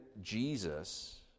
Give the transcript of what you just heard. Jesus